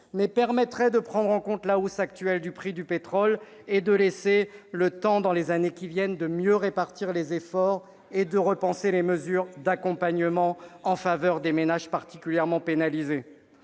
mais permettrait de prendre en compte la hausse actuelle du prix du pétrole, de se donner le temps, dans les années à venir, de mieux répartir les efforts et de repenser les mesures d'accompagnement en faveur des ménages particulièrement pénalisés.